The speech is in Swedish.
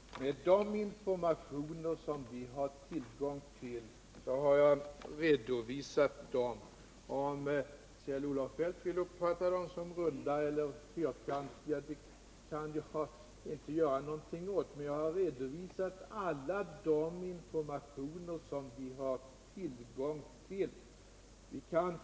i och med de informationer som vi har tillgång till har jag redovisat dem. Om Kjell-Olof Feldt vill uppfatta beskeden som runda eller fyrkantiga kan jag inte göra någonting åt det, men jag har redovisat alla de informationer som vi har tillgång till.